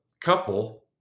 couple